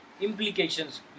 implications